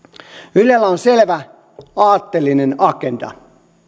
ylellä on selvä aatteellinen agenda